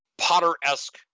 Potter-esque